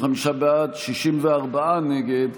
55 בעד, 64 נגד.